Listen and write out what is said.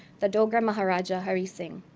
the dogra maharaja hari singh.